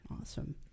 Awesome